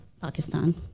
Pakistan